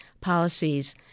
policies